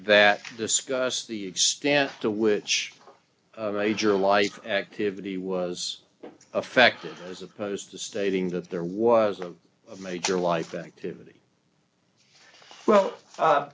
that discuss the extent to which major life activity was affected as opposed to stating that there was a major life activity well